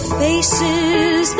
faces